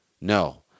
No